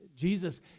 Jesus